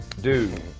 Dude